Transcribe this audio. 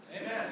Amen